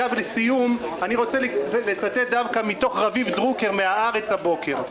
לסיום אני רוצה לצטט מתוך רביב דרוקר מהארץ הבוקר,